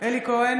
בעד אלי כהן,